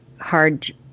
hard